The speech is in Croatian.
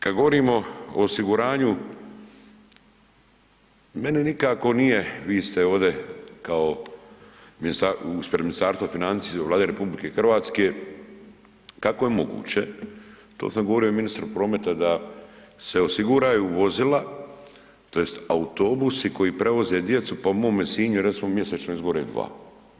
Kada govorimo o osiguranju meni nikako nije, svi ste ovdje ispred Ministarstva financija Vlade RH, kako je moguće, to sam govorio i ministru prometa da se osiguraju vozila tj. autobusi koji prevoze djecu, pa u mome Sinju mjesečno izgore dva.